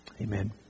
Amen